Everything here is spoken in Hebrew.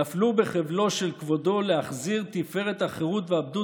נפל בחבלו של כב' להחזיר תפארת החירות והפדות